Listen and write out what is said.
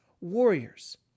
warriors